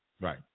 Right